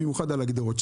במיוחד על הגדרות.